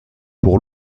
pour